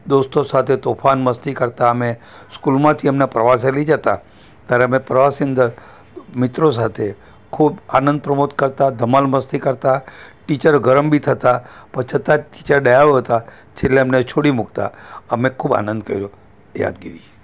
દોસ્તો સાથે તોફાન મસ્તી કરતા અમે સ્કૂલમાંથી અમને પ્રવાસે લઈ જતા ત્યારે અમે પ્રવાસની અંદર મિત્રો સાથે ખૂબ આનંદ પ્રમોદ કરતા ધમાલ મસ્તી કરતા ટીચરો ગરમ બી થતા પણ છતાં ટીચર દયાળુ હતા છેલ્લે અમને છોળી મૂકતા અમે ખૂબ આનંદ કર્યો એ યાદગીરી બરાબર